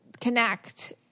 connect